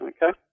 Okay